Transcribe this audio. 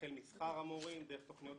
החל משכר המורים, דרך תוכניות,